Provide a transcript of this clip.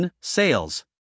Sales